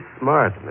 smart